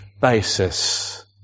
basis